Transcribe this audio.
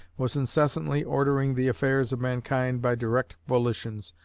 was incessantly ordering the affairs of mankind by direct volitions,